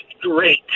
great